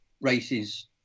races